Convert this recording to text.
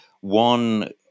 one